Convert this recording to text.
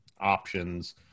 options